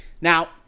Now